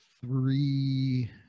three